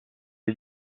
est